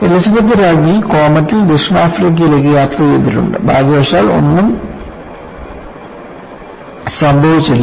Elizabeth രാജ്ഞി കോമറ്റ്ൽ ദക്ഷിണാഫ്രിക്കയിലേക്ക് യാത്ര ചെയ്തിട്ടുണ്ട് ഭാഗ്യവശാൽ ഒന്നും സംഭവിച്ചില്ല